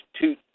two –